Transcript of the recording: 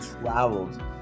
traveled